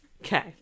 Okay